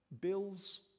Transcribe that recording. Bills